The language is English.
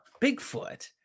Bigfoot